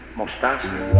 mostaza